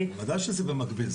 בוודאי שזה במקביל,